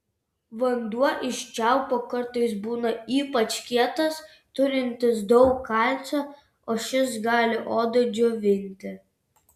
vanduo iš čiaupo kartais būna ypač kietas turintis daug kalcio o šis gali odą džiovinti